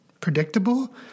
predictable